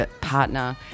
partner